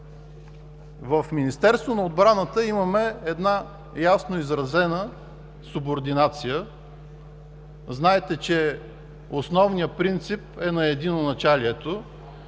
в Министерството на отбраната имаме една ясно изразена субординация. Знаете, че основният принцип е на единоначалието